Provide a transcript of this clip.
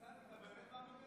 בצלאל, אתה באמת מאמין בזה?